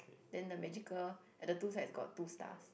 then the magical at the two sides got two stars